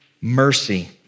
mercy